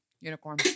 Unicorn